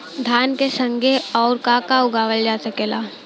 धान के संगे आऊर का का उगावल जा सकेला?